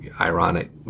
Ironic